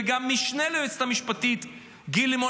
וגם המשנה ליועצת המשפטית גיל לימון